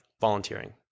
volunteering